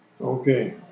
Okay